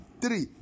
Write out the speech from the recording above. three